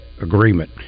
agreement